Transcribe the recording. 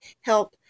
help